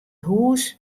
hûs